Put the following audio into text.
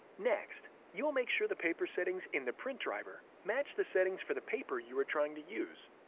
next, you will make sure the paper settings in the print driver match the settings for the paper you are trying to use.